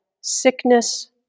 sickness